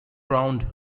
round